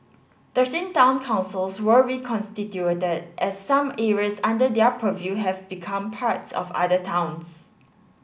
thirteen town councils were reconstituted as some areas under their purview have become parts of other towns